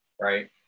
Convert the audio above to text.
right